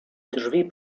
drzwi